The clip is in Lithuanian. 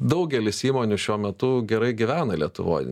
daugelis įmonių šiuo metu gerai gyvena lietuvoj